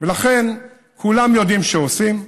כולם יודעים שעושים.